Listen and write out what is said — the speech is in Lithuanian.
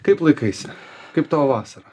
kaip laikaisi kaip tavo vasara